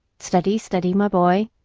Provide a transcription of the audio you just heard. steady, steady, my boy,